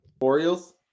Orioles